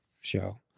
show